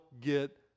get